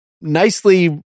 nicely